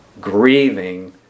Grieving